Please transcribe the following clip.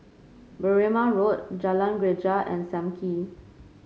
Berrima Road Jalan Greja and Sam Kee